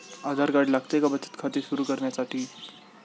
आधार card लागते का बचत खाते सुरू करण्यासाठी?